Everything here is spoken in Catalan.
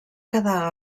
quedar